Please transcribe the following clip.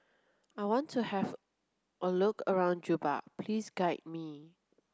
I want to have a look around Juba please guide me